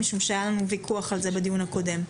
משום שהיה לנו ויכוח על זה בדיון הקודם.